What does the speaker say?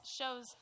shows